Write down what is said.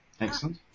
Excellent